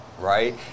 right